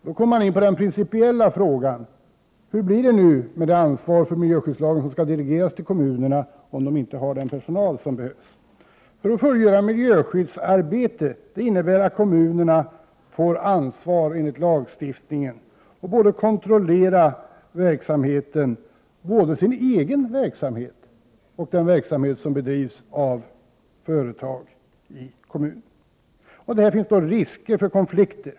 Då kommer man in på den principiella frågan: Hur blir det med det ansvar för miljöskyddslagen som nu skall delegeras till kommunerna om de inte har den personal som krävs? För att fullgöra miljöskyddsarbetet får kommunerna enligt lagstiftningen ett ansvar för att både kontrollera sin egen verksamhet och den som bedrivs av företagen i kommunen. Det finns här en risk för konflikter.